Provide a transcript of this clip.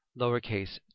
lowercase